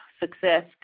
Success